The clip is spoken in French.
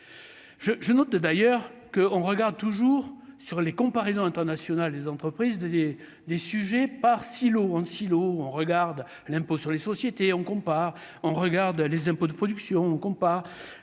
je note d'ailleurs que, on regarde toujours sur les comparaisons internationales, les entreprises des des sujets par ainsi eau on regarde l'impôt sur les sociétés, on compare, on regarde les impôts de production compare